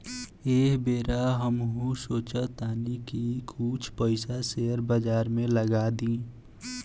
एह बेर हमहू सोचऽ तानी की कुछ पइसा शेयर बाजार में लगा दी